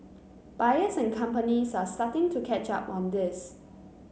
buyers and companies are starting to catch up on this